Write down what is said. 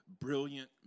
brilliant